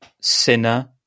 Sinner